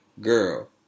girl